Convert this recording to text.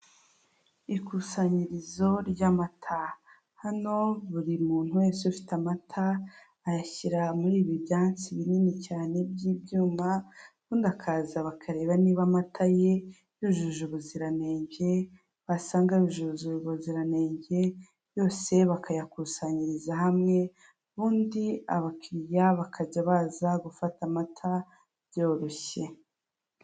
Ikusanyirizo ry'amata hano buri muntu wese ufite amata ayashyira muri ibi byatsi binini cyane by'ibyuma ubundi akaza bakareba niba amata ye, yujuje ubuziranenge basanga yujujura ubuziranenge yose bakayakusanyiriza hamwe, ubundi abakiriya bakajya baza gufata amata byoroshye.